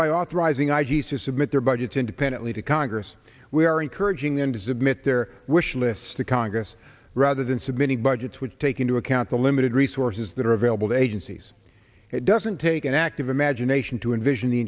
authorizing i g s to submit their budgets independently to congress we are encouraging them to submit their wish lists to congress rather than submitting budgets which take into account the limited resources that are available to agencies it doesn't take an active imagination to envision the